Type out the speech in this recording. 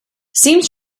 seems